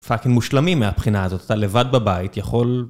פאקינג מושלמים מהבחינה הזאת, אתה לבד בבית, יכול...